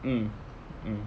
mm mm